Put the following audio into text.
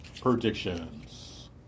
Predictions